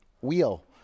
Wheel